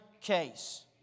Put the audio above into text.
case